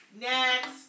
Next